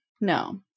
no